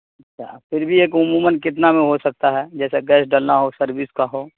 پھر بھی ایک عموماً کتنا میں ہو سکتا ہے جیسے گیس ڈالنا ہو سروس کا ہو